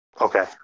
Okay